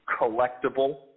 collectible